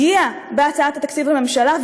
הגיעה להצעת התקציב לממשלה,